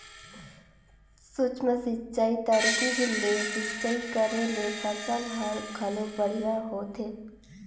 सूक्ष्म सिंचई तरकीब ले सिंचई करे ले फसल हर घलो बड़िहा होथे